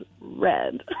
red